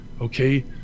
okay